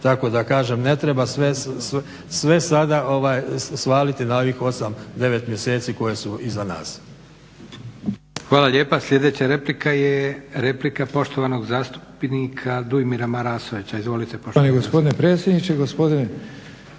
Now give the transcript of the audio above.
tako da kažem ne treba sve sada svaliti na ovih 8, 9 mjeseci koji su iza nas.